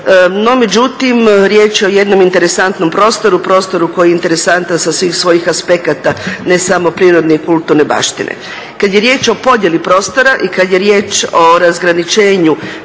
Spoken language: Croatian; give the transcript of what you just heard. No, međutim riječ je o jednom interesantnom prostoru, prostoru koji je interesantan sa svih svojih aspekata ne samo prirodne i kulturne baštine. Kad je riječ o podjeli prostora i kad je riječ o razgraničenju